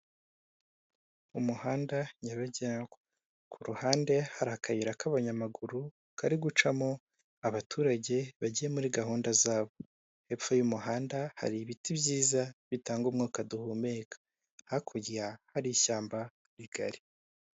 Umuhanda ny'abagendwa ku ruhande hari akayira k'abanyamaguru kari gucamo abaturage bajyiye muri gahunda zabo, hepfo y'umuhanda hari ibiti byiza bitanga umwuka duhumeka hakurya hari ishyamba rigari.